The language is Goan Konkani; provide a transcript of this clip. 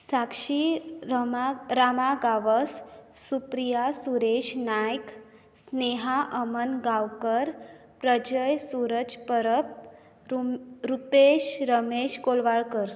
साक्षी रामा गावस सुप्रिया सुरेश नायक स्नेहा अमन गांवकर प्रजय सुरज परब रुपेश रमेश कोलवाळकर